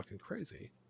crazy